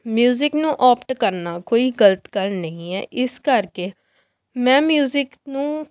music ਨੂੰ opt ਕਰਨਾ ਕੋਈ ਗਲਤ ਗੱਲ ਨਹੀਂ ਹੈ ਇਸ ਕਰਕੇ ਮੈਂ ਮਿਊਜਿਕ ਨੂੰ